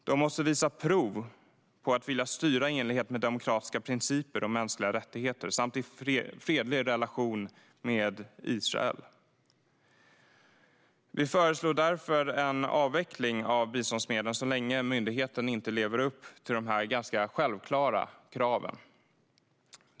Den måste visa prov på att vilja styra i enlighet med demokratiska principer och mänskliga rättigheter samt i fredlig relation med Israel. Vi föreslår en avveckling av biståndsmedlen så länge den palestinska myndigheten inte lever upp till dessa ganska självklara krav.